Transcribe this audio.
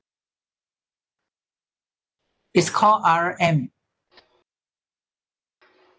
it's called R_M